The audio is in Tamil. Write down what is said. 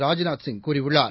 ராஜ்நாத் சிங் கூறியுள்ளார்